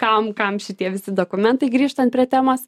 kam kam šitie visi dokumentai grįžtant prie temos